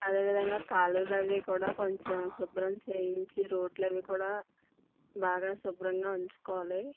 అదే విధంగా కాలువలు అవి కూడా కొంచెం శుభ్రం చెయ్యించి రోడ్లు అవి కూడా బాగా శుభ్రంగా ఉంచుకోవాలి